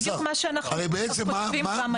שבנוסח --- זה בדיוק מה שאנחנו כותבים פה.